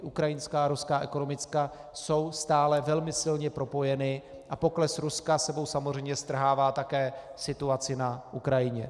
Ukrajinská a ruská ekonomika jsou stále velmi silně propojeny a pokles Ruska s sebou samozřejmě strhává také situaci na Ukrajině.